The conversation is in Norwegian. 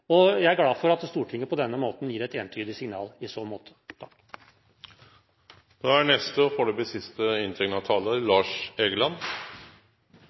og jeg er glad for at Stortinget på denne måten gir et entydig signal i så måte.